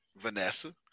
Vanessa